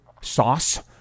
sauce